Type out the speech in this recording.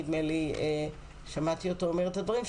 נדמה לי שמעתי אותו אומר את הדברים,